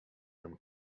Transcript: from